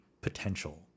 potential